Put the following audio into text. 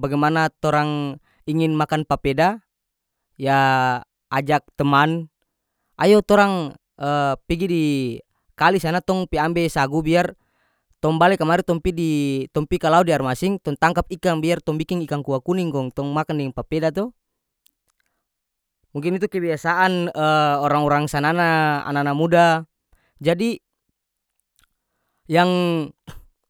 bagimana torang ingin makan papeda yaa ajak teman ayo torang pigi di kali sana tong pigi ambe sagu biar tong bale kamari tong pi di tong pi kalao di aer masin tong tangkap ikan biar tong biking ikang kua kuning kong tong makan deng papeda to mungkin itu kebiasaan orang-orang sanana ana-ana muda jadi yang